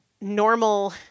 normal